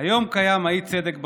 היום קיים אי-צדק בחוק.